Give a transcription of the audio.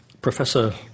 Professor